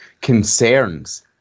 concerns